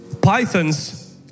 pythons